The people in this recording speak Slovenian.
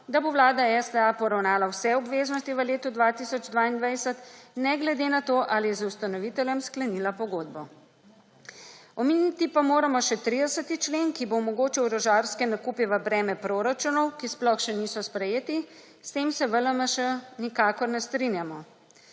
da bo Vlada STA poravnala vse obveznosti v letu 2022 ne glede na to, ali je z ustanoviteljem sklenila pogodbo. Omeniti pa moramo še 30. člen, ki bo omogočal orožarske nakupe v breme proračunov, ki sploh še niso sprejeti. S tem se v LMŠ nikakor ne strinjamo.